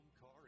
car